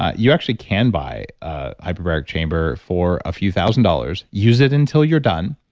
ah you actually can buy a hyperbaric chamber for a few thousand dollars. use it until you're done.